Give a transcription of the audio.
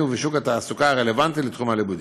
ובשוק התעסוקה הרלוונטי לתחום הלימודים.